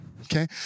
Okay